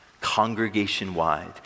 congregation-wide